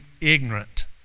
ignorant